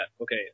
Okay